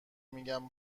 میگن